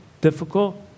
difficult